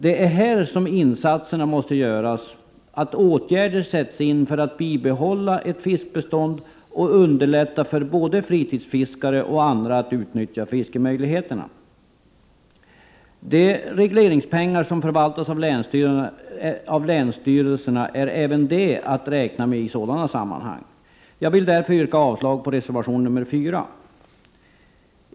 Det är här som insatserna måste göras och åtgärder sättas in för att bibehålla ett fiskbestånd och underlätta för både fritidsfiskare och andra att utnyttja fiskemöjligheterna. Även de regleringspengar som förvaltas av länsstyrelserna är att räkna med i sådana sammanhang. Jag vill därför yrka avslag på reservation nr 4.